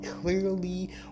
clearly